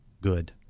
good